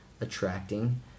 attracting